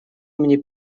мне